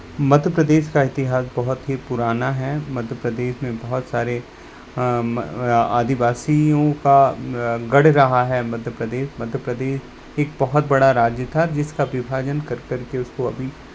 मध्य प्रदेश का इतिहास बहुत ही पुराना है मध्य प्रदेश में बहुत सारे आदिवासियों का गढ़ रहा है मध्य प्रदेश मध्य प्रदेश एक बहुत बड़ा राज्य था जिसका विभाजन कर करके उसको अभी